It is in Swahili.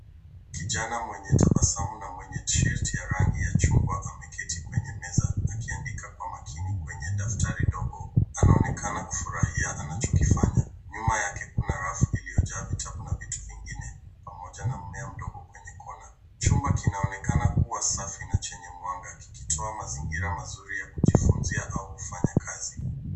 Kijana mwenye tabasamu na mwenye tishati ya rangi ya chungwa, ameketi kwenye meza akiandika kwa makini kwenye daftari ndogo, anaonekana kufurahia anachokifanya. Nyuma yake kuna rafu iliyojaa vitabu na vitu vingine, pamoja na mmea mdogo kwenye kona. Chumba kinaonekana kuwa safi na chenye mwanga, kikitoa mazingira mazuri ya kujifunzia au kufanya kazi.